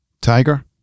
Tiger